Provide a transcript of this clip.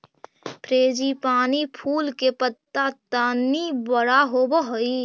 frangipani फूल के पत्त्ता तनी बड़ा होवऽ हई